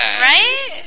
Right